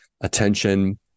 attention